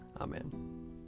Amen